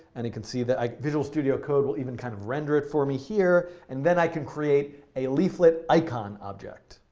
and you can see that visual studio code will even kind of render it for me here. and then i can create a leaflet icon object.